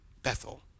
Bethel